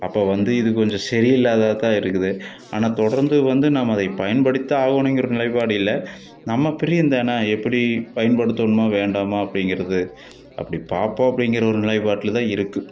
அப்போ வந்து இது கொஞ்சம் சரியில்லாததா தான் இருக்குது ஆனால் தொடர்ந்து வந்து நம்ம அதை பயன்படுத்திதான் ஆகணுங்கிற நிலைப்பாடு இல்லை நம்ம பிரியம் தானே எப்படி பயன்படுத்தணுமா வேண்டாமா அப்படிங்கிறது அப்படி பார்ப்போம் அப்படிங்கிற ஒரு நிலைபாட்டில்தான் இருக்குது